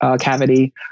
cavity